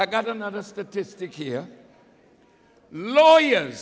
i got another statistic here lawyer